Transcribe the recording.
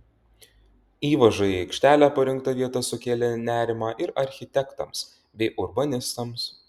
įvažai į aikštelę parinkta vieta sukėlė nerimą ir architektams bei urbanistams